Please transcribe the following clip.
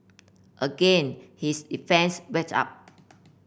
again his defence went up